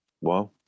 Wow